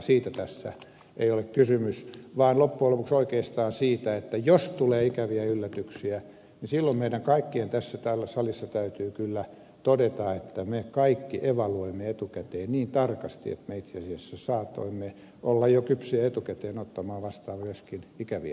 siitä tässä ei ole kysymys vaan loppujen lopuksi oikeastaan siitä että jos tulee ikäviä yllätyksiä niin silloin meidän kaikkien tässä salissa täytyy kyllä todeta että me kaikki evaluoimme etukäteen niin tarkasti että me itse asiassa saatoimme olla jo kypsiä etukäteen ottamaan vastaan myöskin ikäviä tietoja